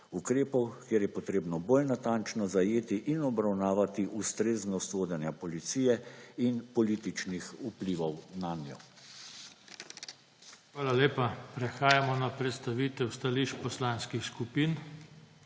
ukrepov, kjer je treba bolj natančno zajeti in obravnavati ustreznost vodenja policije in političnih vplivov nanjo. PODPREDSEDNIK JOŽE TANKO: Hvala lepa. Prehajamo na prestavitev stališč poslanskih skupin.